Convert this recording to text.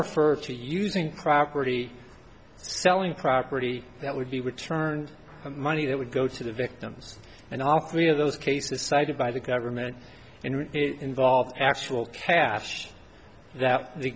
referred to using crack already selling property that would be returned money that would go to the victims and all three of those cases cited by the government and involved actual cash that the